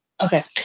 okay